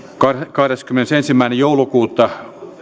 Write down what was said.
kahdeskymmenesensimmäinen joulukuuta